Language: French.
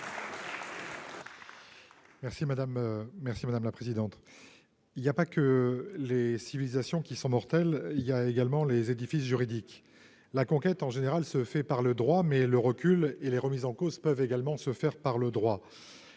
merci madame la présidente, il y a pas que les civilisations qui sont mortels, il y a également les édifices juridique la conquête en général se fait par le droit, mais le recul et les remises en cause peuvent également se faire par le droit